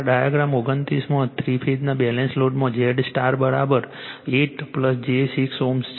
diagram 29 માં three ફેઝના balance લોડમાં Z સ્ટાર 8 j 6 Ω છે